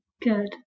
Good